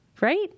Right